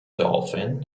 dolphin